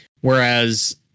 Whereas